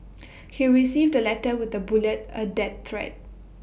he received letter with A bullet A death threat